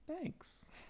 Thanks